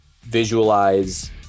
visualize